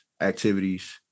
activities